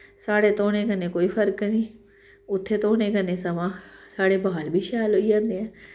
साढ़े धोने कन्नै कोई फर्क नी उत्थें धोने कन्नै सगुआं साढ़े बाल बी शैल होई जाने